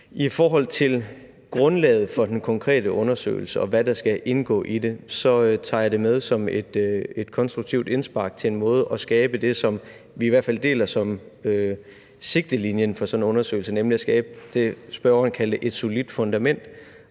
I forhold til grundlaget for den konkrete undersøgelse, og hvad der skal indgå i den, tager jeg dét med som et konstruktivt indspark til en måde at skabe det, som vi i hvert fald deler som sigtelinjen for sådan en undersøgelse, nemlig at skabe det, spørgeren kaldte et solidt fundament